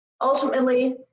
Ultimately